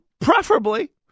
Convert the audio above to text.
preferably